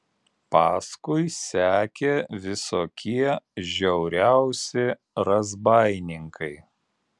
paskui sekė visokie žiauriausi razbaininkai